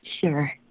Sure